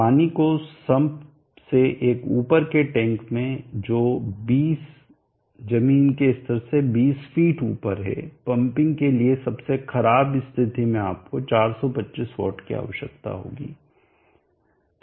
पानी को सम्प से एक ऊपर के टैंक में जो 20 जमीन के स्तर से 20 फीट ऊपर हैपंपिंग के लिए सबसे खराब स्थिति में आपको 425 W की आवश्यकता होगी